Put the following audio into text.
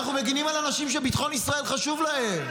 אנחנו מגינים על אנשים שביטחון ישראל חשוב להם.